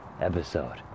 episode